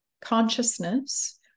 consciousness